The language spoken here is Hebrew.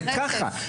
זה ככה,